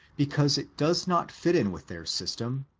because it does not fit in with their system,